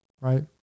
right